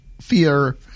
fear